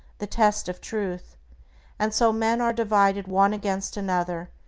the test of truth and so men are divided one against another,